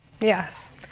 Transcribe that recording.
Yes